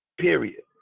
period